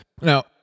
now